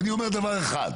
אני אומר דבר אחד,